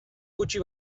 gutxi